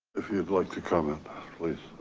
if you'd like to comment please.